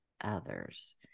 others